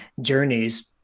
journeys